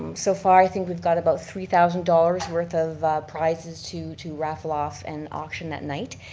so far i think we've got about three thousand dollars worth of prizes to to raffle off and auction that night.